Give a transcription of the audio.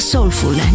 Soulful